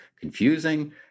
confusing